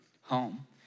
home